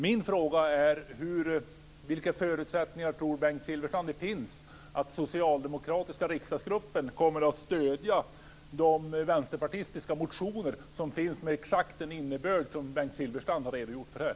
Min fråga är: Vilka förutsättningar tror Bengt Silfverstrand det finns att den socialdemokratiska riksdagsgruppen kommer att stödja de vänsterpartistiska motioner som finns med exakt den innebörd som han har redogjort för här?